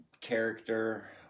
character